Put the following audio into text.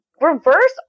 reverse